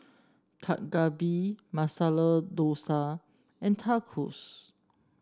Dak Galbi Masala Dosa and Tacos